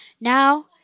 Now